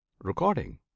Recording